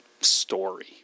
story